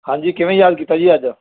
ਹਾਂਜੀ ਕਿਵੇਂ ਯਾਦ ਕੀਤਾ ਜੀ ਅੱਜ